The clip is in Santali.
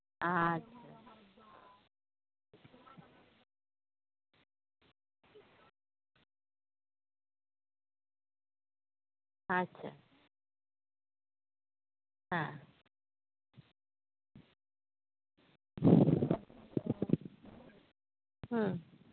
ᱟᱪᱪᱷᱟ ᱟᱪᱪᱷᱟ ᱦᱮᱸ ᱦᱩᱸ